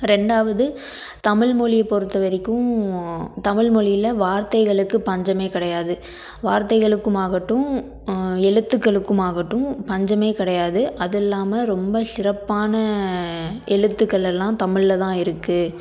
ரெண்டாவது தமிழ் மொழியைப் பொறுத்த வரைக்கும் தமிழ் மொழியில் வார்த்தைகளுக்கு பஞ்சமே கிடையாது வார்த்தைகளுக்குமாகட்டும் எழுத்துகளுக்குமாகட்டும் பஞ்சமே கிடையாது அதுவும் இல்லாமல் ரொம்ப சிறப்பான எழுத்துக்களெல்லாம் தமிழ்லதான் இருக்குது